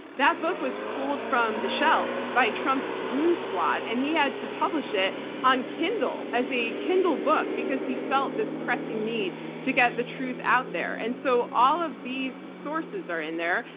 that book was pulled from the shelves by trump's goon squad. and he had to publish it on kindle as a kindle book because he felt this pressing need to get the truth out there. and so all of these sources are in there.